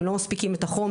הם לא מספיקים את החומר,